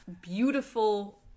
beautiful